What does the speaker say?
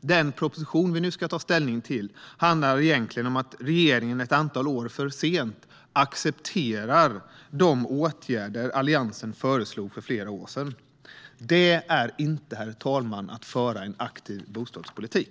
den proposition som vi nu ska ta ställning till handlar egentligen om att regeringen ett antal år för sent accepterar de åtgärder som Alliansen föreslog för flera år sedan. Detta, herr talman, är inte att föra en aktiv bostadspolitik.